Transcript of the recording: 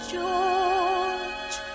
George